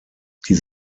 die